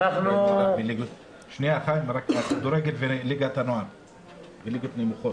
לגבי הכדורגל וליגות נמוכות?